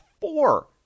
four